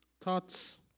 thoughts